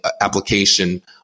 application